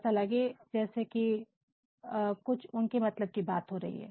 ऐसा लगे जैसे कि कुछ उनके मतलब की बात हो रही है